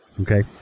Okay